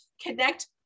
connect